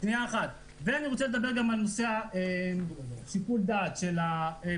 אני רוצה גם לדבר על שיקול הדעת של הפקידים.